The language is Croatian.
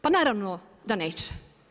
Pa naravno da neće.